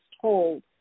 told